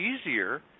easier